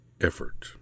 effort